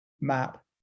map